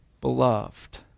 Beloved